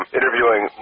interviewing